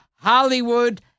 Hollywood